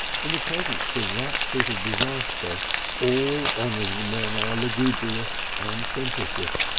in the presence of that sort of disaster all honourable men are lugubrious and sententious.